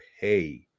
pay